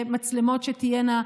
למצלמות שתהיינה,